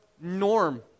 norm